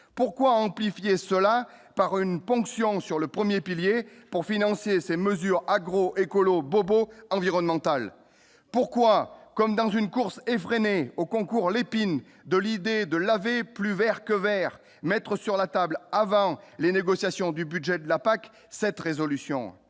pourquoi amplifier cela par une ponction sur le 1er pilier pour financer ces mesures agro-écolo bobo environnementale pourquoi comme dans une course effrénée au concours Lépine de l'idée de laver plus Vert que Vert, mettre sur la table avant les négociations du budget de la Pac, cette résolution